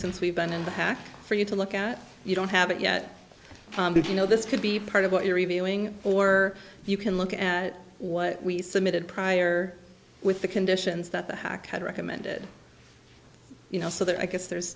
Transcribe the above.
since we've been in the hack for you to look at you don't have it yet but you know this could be part of what you're reviewing or you can look at what we submitted prior with the conditions that the hack had recommended you know so there i guess there's